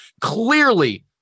clearly